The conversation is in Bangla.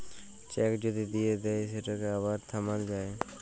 চ্যাক যদি দিঁয়ে দেই সেটকে আবার থামাল যায়